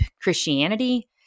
Christianity